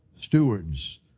stewards